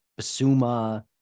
Basuma